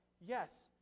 yes